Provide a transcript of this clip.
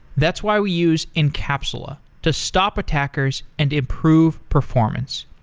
that's why we use encapsula to stop attackers and improve performance.